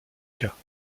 cas